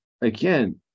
again